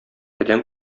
адәм